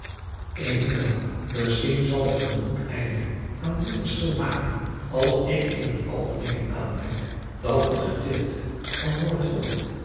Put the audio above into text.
venwel misschien zal ik een goed einde aan dit verschil maken als ik in het algemeen aanmerk dat het gedeelte van oordholland